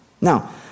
Now